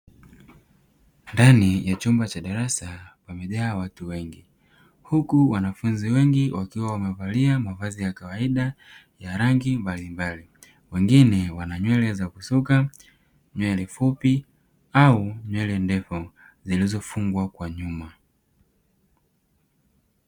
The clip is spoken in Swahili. Ndani ya chumba cha darasa wamejaa watu wengi, huku wanafunzi wengi wakiwa wamevalia mavazi ya kawaida ya rangi mbalimbali, wengine wana: nywele za kusuka, nywele fupi au nywele ndefu zilizofungwa kwa nyuma.